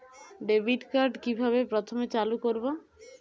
Debit card কিভাবে প্রথমে চালু করব?